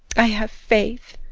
i have faith